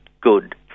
good